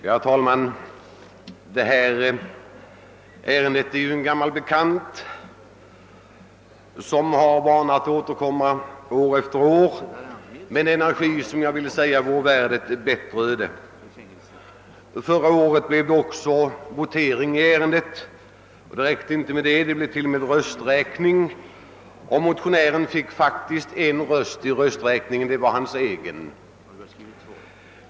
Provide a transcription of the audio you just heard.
Herr talman! Detta ärende är ju en gammal bekant, som brukar föras fram år efter år med en energi, som jag vill säga skulle vara värd ett bättre öde. Vid föregående års riksdag blev det också votering och t.o.m. rösträkning i ärendet. Motionären fick faktiskt en röst vid rösträkningen — det var hans egen.